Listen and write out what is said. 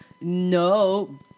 No